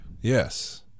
Yes